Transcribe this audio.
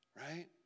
Right